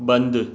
बंदि